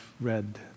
read